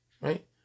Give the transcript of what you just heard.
right